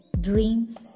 dreams